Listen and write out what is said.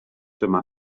dyma